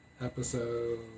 episode